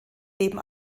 leben